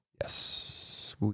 Yes